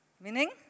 Meaning